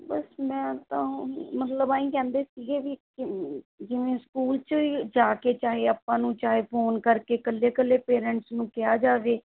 ਬਸ ਮੈਂ ਤਾਂ ਉਹੀ ਮਤਲਬ ਐਂਈਂ ਕਹਿੰਦੇ ਸੀਗੇ ਵੀ ਜਿ ਜਿਵੇਂ ਸਕੂਲ 'ਚੋਂ ਹੀ ਜਾ ਕੇ ਚਾਹੇ ਆਪਾਂ ਨੂੰ ਚਾਹੇ ਫੋਨ ਕਰਕੇ ਇਕੱਲੇ ਇਕੱਲੇ ਪੇਰੈਂਟਸ ਨੂੰ ਕਿਹਾ ਜਾਵੇ